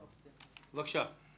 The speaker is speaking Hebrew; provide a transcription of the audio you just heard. בבקשה.